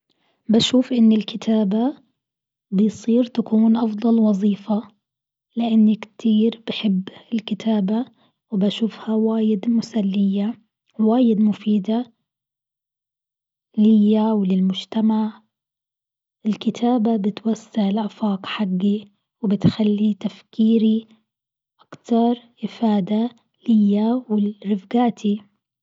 بشوف إن الكتابة بيصير تكون أفضل وظيفة لأني كتير بحب الكتابة وبشوفها واجد مسلية واجد مفيدة ليا وللمجتمع، الكتابة بتوسع الأفاق حقي وبتخلي تفكيري أكثر إفادة ليا ولرفقاتي.